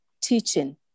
teaching